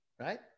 Right